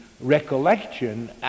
recollection